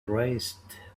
raised